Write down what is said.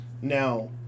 Now